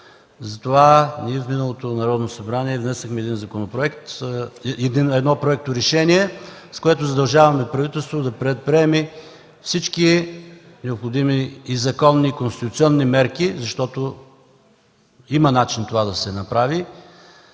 Затова ние в миналото Народно събрание внесохме едно проекторешение, с което задължавахме правителството да предприеме всички необходими и законни, конституционни мерки, защото има начин това да се направи